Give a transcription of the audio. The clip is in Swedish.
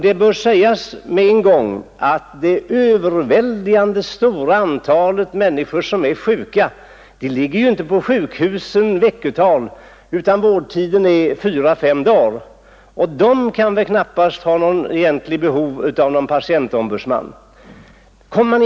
Det bör sägas med en gång att det Nr 56 överväldigande antalet människor som är på sjukhus inte ligger där i Onsdagen den veckotal, utan vårdtiden är 4—5 dagar; de människorna kan knappast ha 12 april 1972 något behov av en patientombudsman.